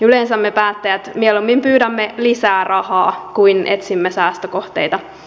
yleensä me päättäjät mieluummin pyydämme lisää rahaa kuin etsimme säästökohteita